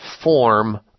form